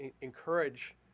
encourage